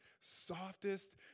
softest